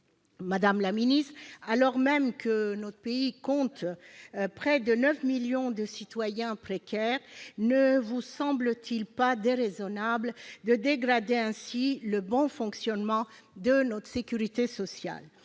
Madame la ministre, alors que notre pays compte près de 9 millions de citoyens précaires, ne vous semble-t-il pas déraisonnable de dégrader ainsi le bon fonctionnement de notre sécurité sociale ?